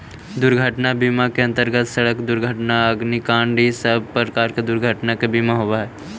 दुर्घटना बीमा के अंतर्गत सड़क दुर्घटना अग्निकांड इ सब प्रकार के दुर्घटना के बीमा होवऽ हई